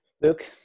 Luke